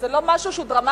זה לא משהו שהוא דרמטי.